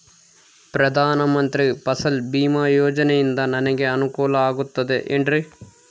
ಪ್ರಧಾನ ಮಂತ್ರಿ ಫಸಲ್ ಭೇಮಾ ಯೋಜನೆಯಿಂದ ನನಗೆ ಅನುಕೂಲ ಆಗುತ್ತದೆ ಎನ್ರಿ?